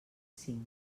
cinc